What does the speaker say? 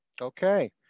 Okay